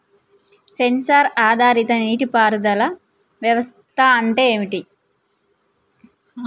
Censor ఆధారిత నీటి పారుదల వ్యవస్థ అంటే ఏమిటి?